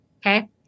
Okay